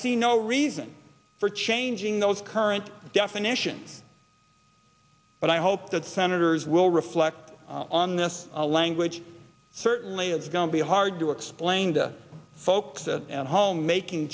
see no reason for changing those current definition but i hope that senators will reflect on the a language certainly it's going to be hard to explain to folks at home making